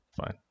fine